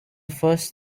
first